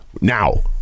Now